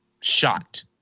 shocked